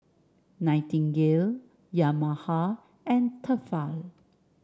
Nightingale Yamaha and Tefal